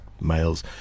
males